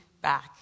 back